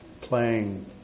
playing